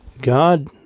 God